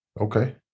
Okay